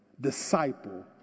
Disciple